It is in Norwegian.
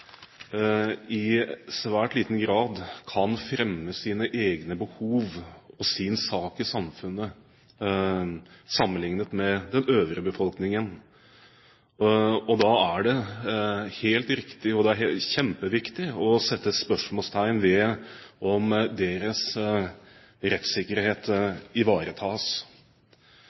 i svært liten grad kan fremme sine egne behov og sin sak i samfunnet, sammenliknet med den øvrige befolkningen. Da er det helt riktig og kjempeviktig å sette spørsmålstegn ved om deres rettssikkerhet ivaretas.